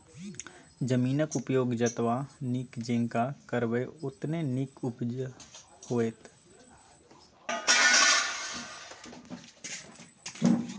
जमीनक उपयोग जतबा नीक जेंका करबै ओतने नीक उपजा होएत